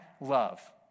love